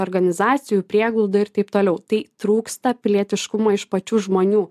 organizacijų prieglauda ir taip toliau tai trūksta pilietiškumo iš pačių žmonių